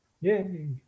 Yay